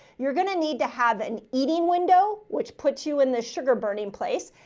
you're going to need to have an eating window, which puts you in the sugar burning place.